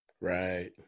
Right